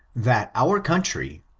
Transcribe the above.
that our country,